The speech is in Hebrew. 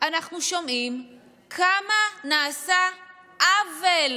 אנחנו שומעים כמה נעשה עוול